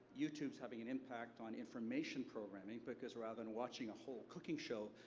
youtube's having an impact on information programming, because rather than watching a whole cooking show,